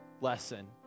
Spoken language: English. lesson